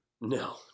No